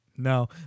No